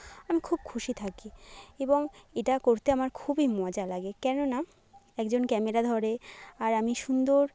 আমি খুব খুশি থাকি এবং এটা করতে আমার খুবই মজা লাগে কেন না একজন ক্যামেরা ধরে আর আমি সুন্দর